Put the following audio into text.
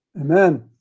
Amen